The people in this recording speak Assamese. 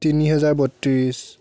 তিনি হাজাৰ বত্ৰিছ